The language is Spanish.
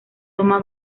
toma